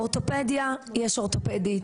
יש אורתופדית,